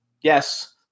Yes